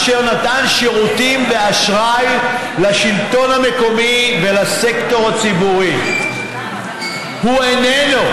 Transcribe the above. אשר נתן שירותים ואשראי לשלטון המקומי ולסקטור הציבורי הוא איננו,